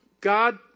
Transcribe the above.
God